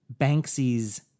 Banksy's